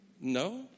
No